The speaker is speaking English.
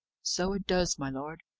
so it does, my lord.